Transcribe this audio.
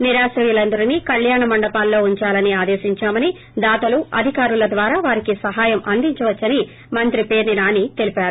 నిరాశ్రయులందరినీ కల్యాణ మండపాల్లో ఉందాలని ఆదేశించామని దాతలు అధికారుల ద్వారా వారికి సాయం అందించవచ్చని పేర్సి నాని తెలిపారు